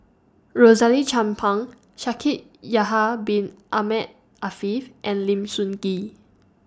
Rosaline Chan Pang Shaikh Yahya Bin Ahmed Afifi and Lim Sun Gee